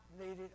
needed